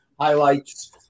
highlights